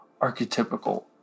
archetypical